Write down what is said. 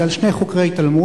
זה על שני חוקרי תלמוד.